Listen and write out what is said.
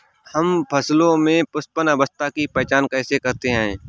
हम फसलों में पुष्पन अवस्था की पहचान कैसे करते हैं?